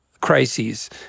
crises